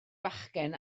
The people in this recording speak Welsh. bachgen